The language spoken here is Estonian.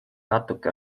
natuke